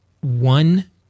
one